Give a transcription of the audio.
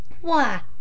Why